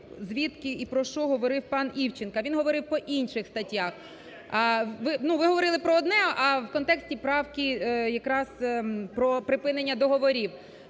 звідки і про що говорив пан Івченко, він говорив по інших статтях. Ви говорили про одне, а в контексті правки якраз про припинення договорів.